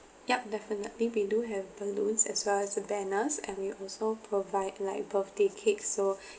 yup definitely we do have balloons as well as the banners and we also provide like birthday cake so